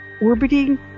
orbiting